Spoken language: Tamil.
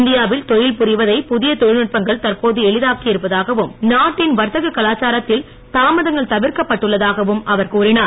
இந்தியாவில் தொழில் புரிவதை புதிய தொழில் நுட்பங்கள் தற்போது எளிதாகி இருப்பதாகவும் நாட்டின் வர்த்தக கலாச்சாரத்தில் தாமதங்கள் தவிர்க்கப்பட்டுன்ன தாகவும் அவர் கூறினார்